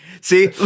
See